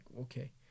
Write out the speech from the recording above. okay